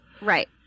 Right